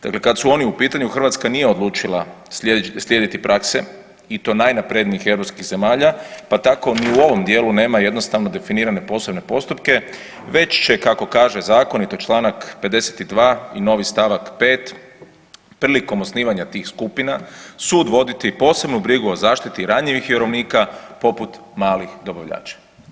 Dakle kad su oni u pitanju, Hrvatska nije odlučila slijediti prakse i to najnaprijednijih europskih zemalja, pa tako ni u ovom dijelu nema jednostavno definirane posebne postupke, već će kako kaže zakon i to čl. 52 i novi st. 5, prilikom osnivanja tih skupina, sud voditi posebnu brigu o zaštiti ranjivih vjerovnika poput malih dobavljača.